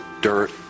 dirt